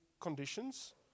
conditions